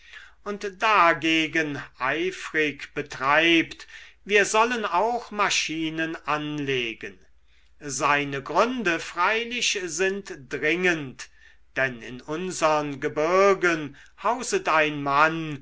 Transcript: und dagegen eifrig betreibt wir sollen auch maschinen anlegen seine gründe freilich sind dringend denn in unsern gebirgen hauset ein mann